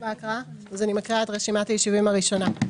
אז אני מקריאה את רשימת היישובים הראשונה.